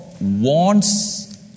wants